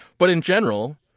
but in general,